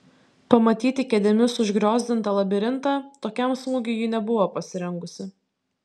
pamatyti kėdėmis užgriozdintą labirintą tokiam smūgiui ji nebuvo pasirengusi